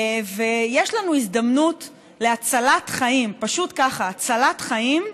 ויש לנו הזדמנות להצלת חיים, פשוט ככה, הצלת חיים,